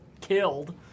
killed